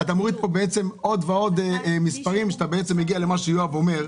אתה מוריד פה עוד ועוד מספרים שאתה בעצם מגיע למה שיואב אומר,